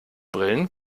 brillen